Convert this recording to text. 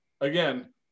again